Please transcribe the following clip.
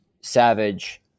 Savage